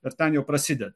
ir ten jau prasideda